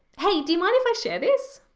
hey, do you mind if i share this?